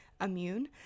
immune